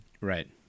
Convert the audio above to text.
Right